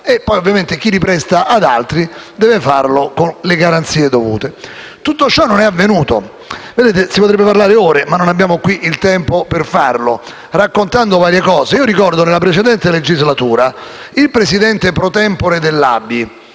e poi ovviamente chi li presta ad altri deve farlo con le garanzie dovute. Tutto ciò non è avvenuto: si potrebbe parlare ore - ma qui non abbiamo il tempo per farlo - raccontando varie cose; ricordo che nella precedente legislatura il presidente *pro tempore* dell'ABI,